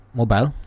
mobile